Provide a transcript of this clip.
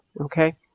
Okay